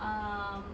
um